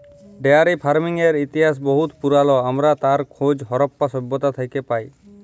dairy ফারমিংয়ের ইতিহাস বহুত পুরাল আমরা তার খোঁজ হরপ্পা সভ্যতা থ্যাকে পায়